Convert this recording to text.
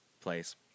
place